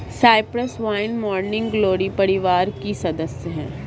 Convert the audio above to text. Cyprus vine morning glory परिवार की सदस्य हैं